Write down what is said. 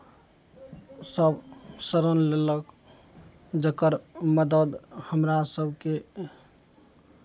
सभ शरण लेलक जकर मदति हमरा सभके